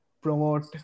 promote